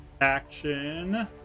action